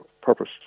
purpose